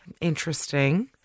Interesting